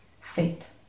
faith